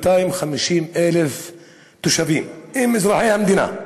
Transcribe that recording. כ-250,000 תושבים, הם אזרחי המדינה,